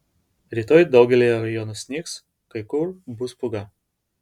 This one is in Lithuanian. rytoj daugelyje rajonų snigs kai kur bus pūga